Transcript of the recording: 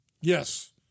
Yes